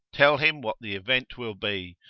tell him what the event will be,